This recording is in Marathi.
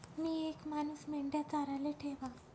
मी येक मानूस मेंढया चाराले ठेवा